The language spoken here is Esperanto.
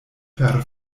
per